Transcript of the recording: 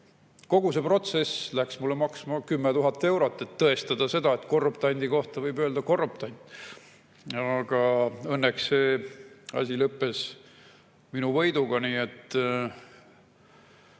kogu see protsess läks mulle maksma 10 000 eurot, et tõestada seda, et korruptandi kohta võib öelda korruptant. Õnneks see asi lõppes minu võiduga, nii et